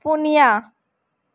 ᱯᱩᱱᱭᱟ